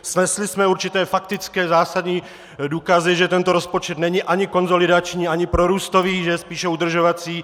Snesli jsme určité faktické zásadní důkazy, že tento rozpočet není ani konsolidační ani prorůstový, že je spíše udržovací.